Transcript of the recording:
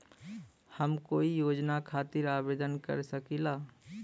हम कोई योजना खातिर आवेदन कर सकीला?